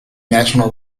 national